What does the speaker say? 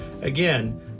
Again